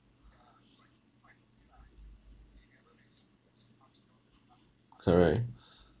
correct